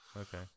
Okay